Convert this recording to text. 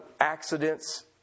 accidents